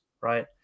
right